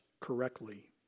correctly